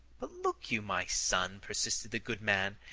but look you, my son, persisted the good man,